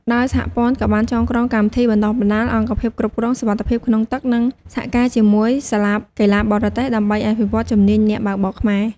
ដោយសហព័ន្ធក៏បានចងក្រងកម្មវិធីបណ្តុះបណ្តាល អង្គភាពគ្រប់គ្រងសុវត្ថិភាពក្នុងទឹក និងសហការជាមួយសាលាកីឡាបរទេស ដើម្បីអភិវឌ្ឍជំនាញអ្នកបើកបរខ្មែរ។